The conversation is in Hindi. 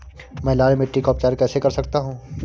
मैं लाल मिट्टी का उपचार कैसे कर सकता हूँ?